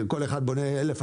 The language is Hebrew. כל אחד בונה 1000,